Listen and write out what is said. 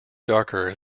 darker